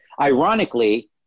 ironically